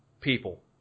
people